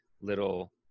little